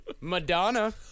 Madonna